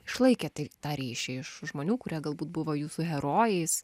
išlaikėt tai tą ryšį iš žmonių kurie galbūt buvo jūsų herojais